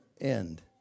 end